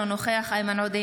אינו נוכח איימן עודה,